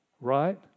Right